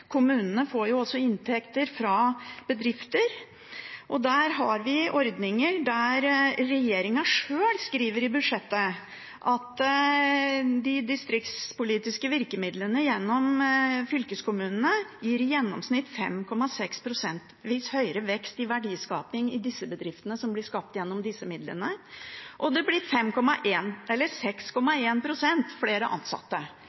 Kommunene får også inntekter fra bedrifter, og der har vi ordninger. Regjeringen sjøl skriver i budsjettet at de distriktspolitiske virkemidlene gjennom fylkeskommunene gir i gjennomsnitt 5,6 pst. høyere vekst i verdiskaping i bedriftene som blir skapt gjennom disse midlene. Og det blir 6,1 pst. flere ansatte. Dette er